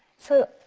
so,